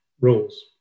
rules